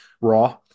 Raw